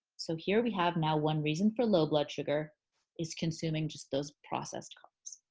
so here we have now one reason for low blood sugar is consuming just those processed carbs.